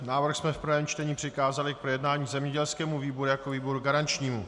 Návrh jsme v prvém čtení přikázali k projednání zemědělskému výboru jako výboru garančnímu.